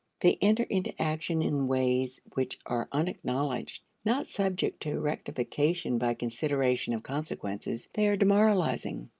they enter into action in ways which are unacknowledged. not subject to rectification by consideration of consequences, they are demoralizing.